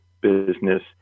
business